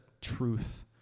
truth